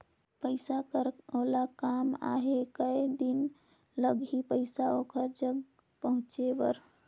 पइसा कर ओला काम आहे कये दिन लगही पइसा ओकर जग पहुंचे बर?